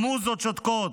המוזות שותקות.